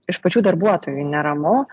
iš pačių darbuotojų neramu